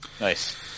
Nice